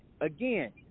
Again